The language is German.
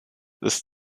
ist